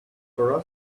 for